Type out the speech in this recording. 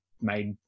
made